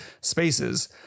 spaces